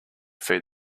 feed